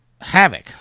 Havoc